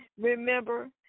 Remember